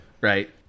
right